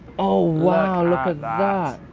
oh wow, look at that.